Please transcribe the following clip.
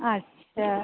अच्छा